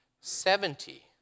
seventy